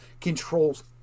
controls